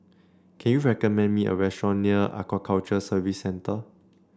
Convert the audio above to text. can you recommend me a restaurant near Aquaculture Service Centre